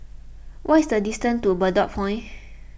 what is the distance to Bedok Point